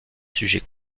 sujets